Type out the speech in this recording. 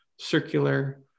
circular